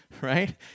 right